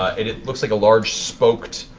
it looks like a large, spoked,